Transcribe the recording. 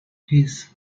his